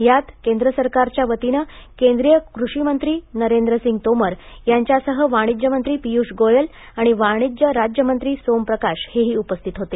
यात केंद्र सरकारच्या वतीनं केंद्रीय कृषी मंत्री नरेंद्र सिंग तोमर यांच्यासह वाणिज्य मंत्री पियुष गोयल आणि वाणिज्य राज्य मंत्री सोम प्रकाश हेही उपस्थित होते